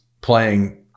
playing